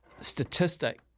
statistic